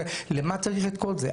למה צריך את כל זה?